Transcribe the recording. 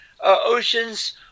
oceans